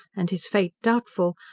and his fate doubtful,